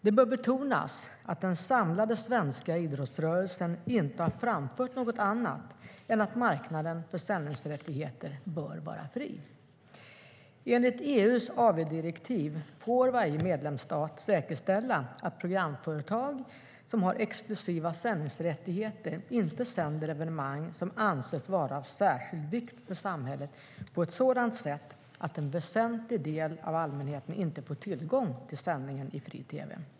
Det bör betonas att den samlade svenska idrottsrörelsen inte har framfört något annat än att marknaden för sändningsrättigheter bör vara fri. Enligt EU:s AV-direktiv får varje medlemsstat säkerställa att programföretag som har exklusiva sändningsrättigheter inte sänder evenemang som anses vara av särskild vikt för samhället på ett sådant sätt att en väsentlig del av allmänheten inte får tillgång till sändningen i fri tv.